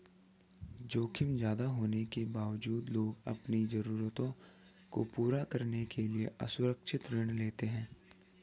जोखिम ज्यादा होने के बावजूद लोग अपनी जरूरतों को पूरा करने के लिए असुरक्षित ऋण लेते हैं